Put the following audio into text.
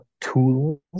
tools